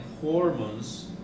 hormones